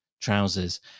trousers